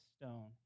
stone